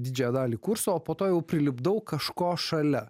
didžiąją dalį kurso o po to jau prilipdau kažko šalia